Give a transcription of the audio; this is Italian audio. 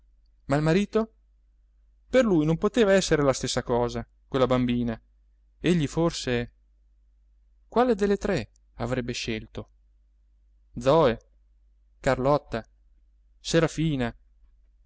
ma il marito per lui non poteva essere la stessa cosa quella bambina egli forse quale delle tre avrebbe scelto zoe carlotta serafina